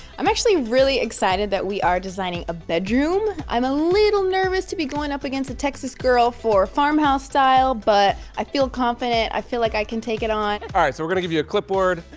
i'm actually really excited that we are designing a bedroom i'm a little nervous to be going up against a texas girl for farmhouse style but i feel confident i feel like i can take it on alright! so we're gonna give you a clipboard,